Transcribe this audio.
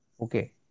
okay